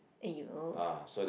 !aiyo!